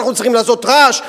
אנחנו צריכים לעשות רעש,